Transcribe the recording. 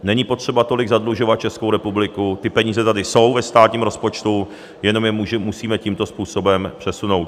Není potřeba tolik zadlužovat Českou republiku, ty peníze tady jsou ve státním rozpočtu, jenom je musíme tímto způsobem přesunout.